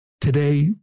today